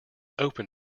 open